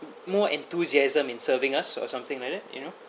more enthusiasm in serving us or something like that you know